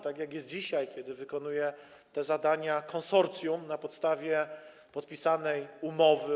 Tak jest dzisiaj, kiedy wykonuje te zadania konsorcjum na podstawie podpisanej umowy.